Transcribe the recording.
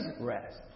rest